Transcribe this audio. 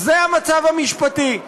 אז זה המצב המשפטי.